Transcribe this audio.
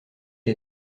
est